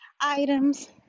items